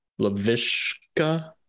Lavishka